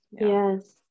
Yes